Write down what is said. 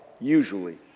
usually